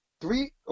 Three